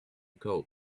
code